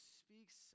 speaks